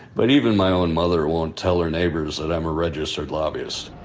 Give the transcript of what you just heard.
but even my own mother won't tell her neighbors that i'm a registered lobbyist.